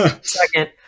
Second